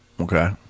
Okay